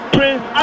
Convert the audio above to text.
Prince